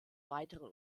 weiteren